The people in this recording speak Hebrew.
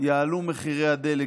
יעלו מחירי הדלק.